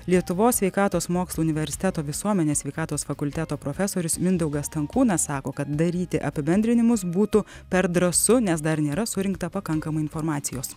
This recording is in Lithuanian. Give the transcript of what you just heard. lietuvos sveikatos mokslų universiteto visuomenės sveikatos fakulteto profesorius mindaugas stankūnas sako kad daryti apibendrinimus būtų per drąsu nes dar nėra surinkta pakankamai informacijos